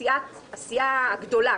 הסיעה הגדולה,